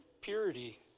purity